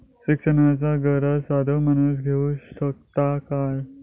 शिक्षणाचा कर्ज साधो माणूस घेऊ शकता काय?